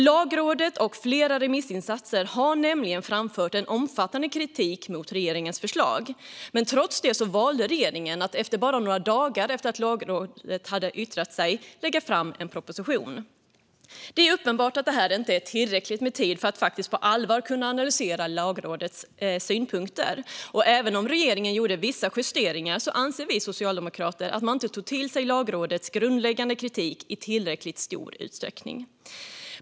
Lagrådet och flera remissinstanser har nämligen framfört en omfattande kritik mot regeringens förslag. Men trots det valde regeringen att lägga fram en proposition bara några dagar efter att Lagrådet hade yttrat sig. Det är uppenbart att det inte är tillräckligt med tid för att på allvar kunna analysera Lagrådets synpunkter. Även om regeringen gjorde vissa justeringar anser vi socialdemokrater att man inte tog till sig Lagrådets grundläggande kritik i tillräckligt stor utsträckning.